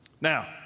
Now